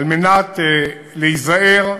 להיזהר.